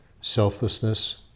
selflessness